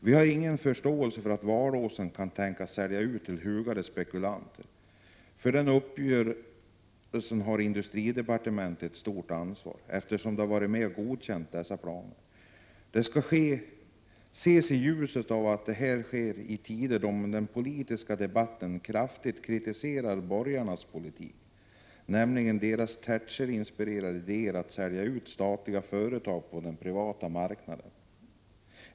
Vi har ingen förståelse för att Valåsen kan tänkas säljas ut till hugade spekulanter. För den uppgörelsen har Industridepartementet ett stort ansvar, eftersom de varit med och godkänt dessa planer. Detta ska ses i ljuset av att det här sker i tider då man i den politiska debatten kraftigt kritiserar borgarnas politik. Nämligen deras Thatcherinspirerade idéer att sälja ut statliga företag på den privata marknaden.